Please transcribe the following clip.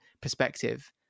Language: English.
perspective